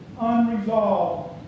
unresolved